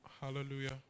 Hallelujah